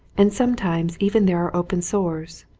and sometimes even there are open sores,